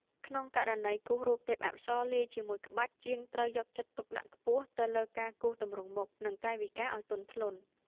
ក្នុងករណីគូររូបទេពអប្សរលាយជាមួយក្បាច់ ជាងត្រូវយកចិត្តទុកដាក់ខ្ពស់ទៅលើការគូរទម្រង់មុខ និងកាយវិការឱ្យទន់ភ្លន់។